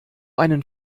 einen